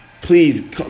Please